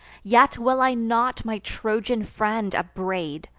yet will i not my trojan friend upbraid,